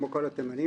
כמו כל התימנים,